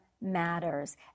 matters